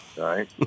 right